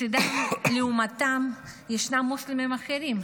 לעומתם ישנם מוסלמים אחרים,